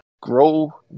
Grow